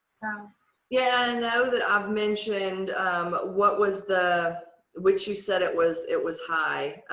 um yeah know that i've mentioned what was the which you said it was it was high